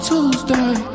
Tuesday